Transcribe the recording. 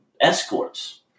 escorts